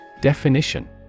Definition